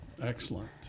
excellent